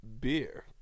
beer